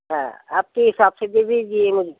जी आपके हिसाब से दे दीजिए मुझे